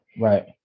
Right